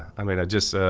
i mean i just,